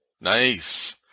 Nice